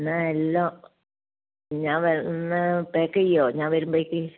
എന്നാൽ എല്ലാം ഞാൻ എന്നാൽ പക്ക് ചെയ്യുമോ ഞാൻ വരുമ്പോഴേക്ക്